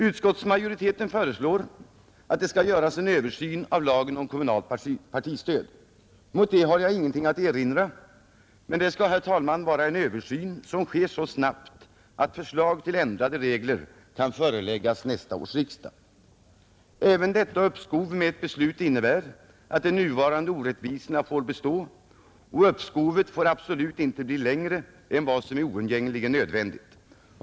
Utskottsmajoriteten föreslår att det skall göras en översyn av lagen om kommunalt partistöd. Mot det har jag ingenting att erinra, men det skall, herr talman, vara en översyn som sker så snabbt att förslag till ändrade regler kan föreläggas nästa års riksdag. Även detta uppskov med ett beslut innebär att de nuvarande orättvisorna får bestå, varför uppskovet absolut inte får bli längre än vad som oundgängligen är nödvändigt.